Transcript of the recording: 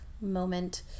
moment